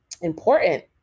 important